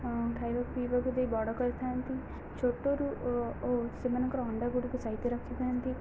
ଖାଇବା ପିଇବାକୁ ଦେଇ ବଡ଼ କରିଥାନ୍ତି ଛୋଟରୁ ଓ ସେମାନଙ୍କର ଅଣ୍ଡା ଗୁଡ଼ିକୁ ସାଇତି ରଖିଥାନ୍ତି